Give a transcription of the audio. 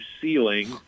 ceiling